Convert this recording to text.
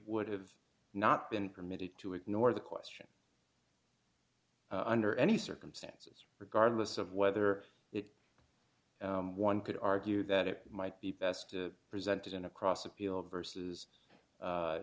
would have not been permitted to ignore the question under any circumstances regardless of whether it one could argue that it might be best to present it in a cross appeal versus